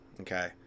Okay